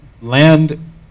land